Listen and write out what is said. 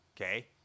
okay